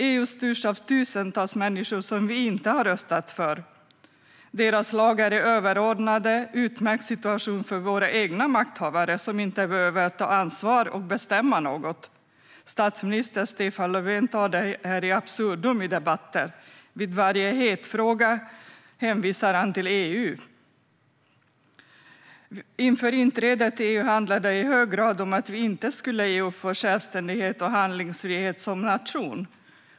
EU styrs av tusentals människor som vi inte har röstat för, och EU:s lagar är överordnade. Det är en utmärkt situation för våra egna makthavare, som inte behöver ta ansvar och bestämma något. Statsminister Stefan Löfven tar med detta in absurdum i debatter. Vid varje het fråga hänvisar han till EU. Inför inträdet i EU handlade det i hög grad om att vi inte skulle ge upp vår självständighet och handlingsfrihet som nation.